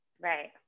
Right